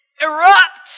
erupt